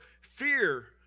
fear